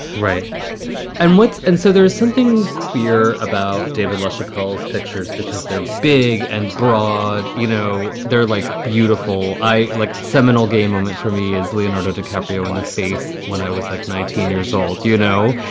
right and what's and so there is something queer about david lachapelle pictures because they're big and broad, you know, they're like beautiful. i like seminal moment for me is leonardo dicaprio in the face when i was like nineteen years old? you know,